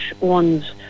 ones